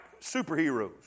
superheroes